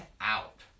out